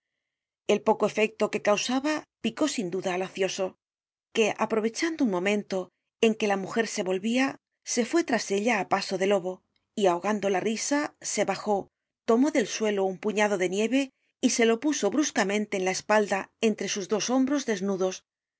el poco efecto que causaba picó sin duda al ocioso que aprovechando un momento en que la mujer se'volvia se fué tras ella á paso de lobo y ahogando la risa se bajó tonió del suelo un puñado de nieve y se lo puso bruscamente en la espalda entre sus dos hombros desnudos